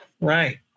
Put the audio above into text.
right